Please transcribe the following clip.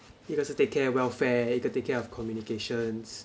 一个是 take care welfare then 一个 take care of communications